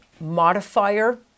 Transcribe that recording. modifier